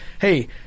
hey